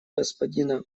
господина